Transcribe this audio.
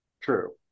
True